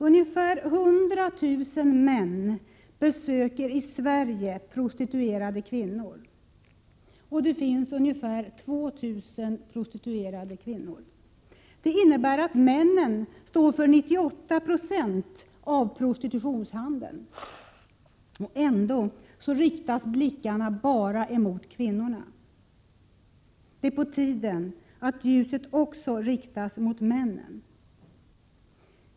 Ungefär 100 000 män besöker i Sverige prostituerade kvinnor. Det finns ungefär 2 000 prostituerade kvinnor. Det innebär att männen står för 98 I av prostitutionshandeln. Ändå riktas blickarna enbart mot kvinnorna. Det är på tiden att ljuset också riktas mot männen.